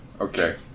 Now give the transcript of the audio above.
okay